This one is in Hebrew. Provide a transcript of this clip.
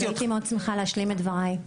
הייתי מאוד שמחה להשלים את דבריי.